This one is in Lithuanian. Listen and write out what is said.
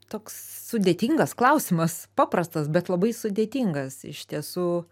toks sudėtingas klausimas paprastas bet labai sudėtingas iš tiesų